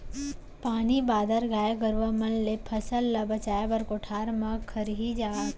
पानी बादर, गाय गरूवा मन ले फसल ल बचाए बर कोठार म खरही गांजथें